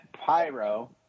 Pyro